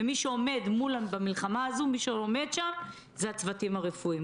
ומי שעומד במלחמה הזאת זה הצוותים הרפואיים.